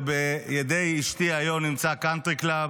ובידי אשתי היום נמצא קאנטרי קלאב,